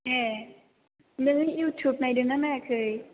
एह नों इउथुब नायदों ना नायाखै